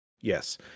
yes